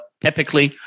typically